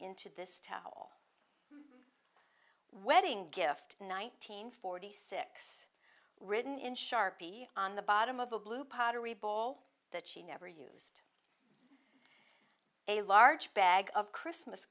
this towel wedding gift nineteen forty six written in sharpie on the bottom of a blue pottery bowl that she never used a large bag of christmas